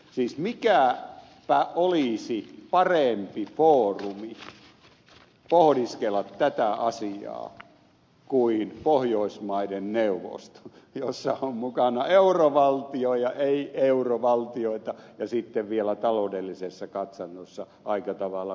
siis mikäpä olisi parempi foorumi pohdiskella tätä asiaa kuin pohjoismaiden neuvosto jossa on mukana eurovaltio ja ei eurovaltioita ja sitten vielä taloudellisessa katsannossa aika tavalla romahtanut valtiokin